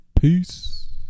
Peace